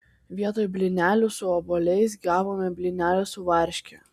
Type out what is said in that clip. vietoj blynelių su obuoliais gavome blynelių su varške